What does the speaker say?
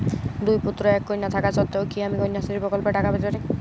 দুই পুত্র এক কন্যা থাকা সত্ত্বেও কি আমি কন্যাশ্রী প্রকল্পে টাকা পেতে পারি?